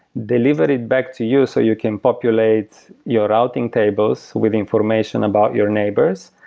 deliver it back to you so you can populate your routing tables with information about your neighbors.